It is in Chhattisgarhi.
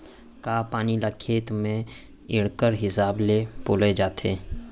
का पानी ला खेत म इक्कड़ हिसाब से पलोय जाथे?